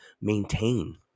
maintain